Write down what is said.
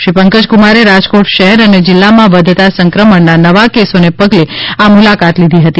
શ્રી પંકજ કુમારે રાજકોટ શહેર અને જિલ્લામાં વધતા સંક્રમણના નવા કેસોને પગલે આ મુલાકાત લીધી હતી